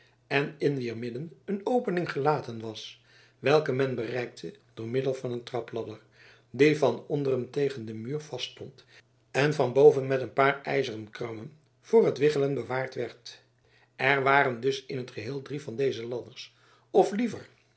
en in wier midden een opening gelaten was welke men bereikte door middel van een trapladder die van onderen tegen den muur vaststond en van boven met een paar ijzeren krammen voor het wiggelen bewaard werd er waren dus in t geheel drie van deze ladders of liever